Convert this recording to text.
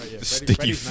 Sticky